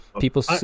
people